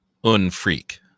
Unfreak